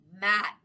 Matt